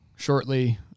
Shortly